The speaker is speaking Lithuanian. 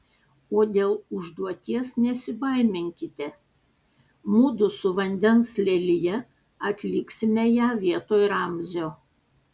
o dėl užduoties nesibaiminkite mudu su vandens lelija atliksime ją vietoj ramzio